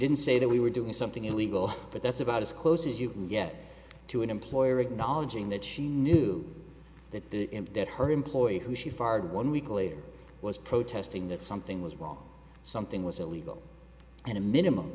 didn't say that we were doing something illegal but that's about as close as you can get to an employer acknowledging that she knew that the that her employee who she fired one week later was protesting that something was wrong something was illegal and a minimum